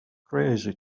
crazy